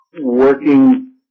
working